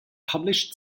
published